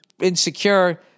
insecure